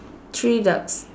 three ducks